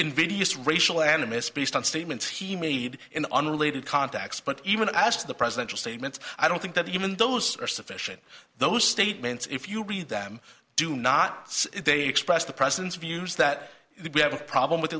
invidious racial animus based on statements he made in unrelated context but even as to the presidential statements i don't think that even those are sufficient those statements if you read them do not they express the president's views that we have a problem with